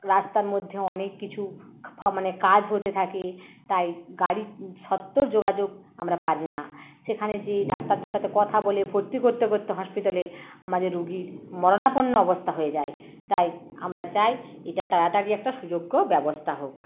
রাস্তার মধ্যে অনেক কিছু কাজ হতে থাকে তাই গাড়ির সত্ত্বর যোগাযোগ আমরা পারি না সেইখানে যেয়ে ডাক্তারদের সাথে কথা বলে ভর্তি করতে করতে হসপিটালে আমাদের রুগীর মরণাপন্ন অবস্থা হয়ে যায় তাই আমরা চাই এটার তাড়াতাড়ি একটা সুযোগ্য ব্যবস্থা হোক